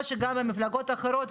הם יהודים אבל אין להם הוכחות.